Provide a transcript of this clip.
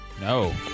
No